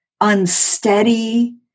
unsteady